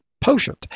potion